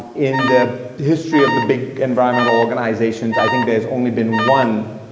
in the history of the big environmental organizations, i think there's only been one